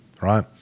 right